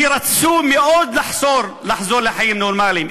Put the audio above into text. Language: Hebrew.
שרצו מאוד לחזור לחיים נורמליים,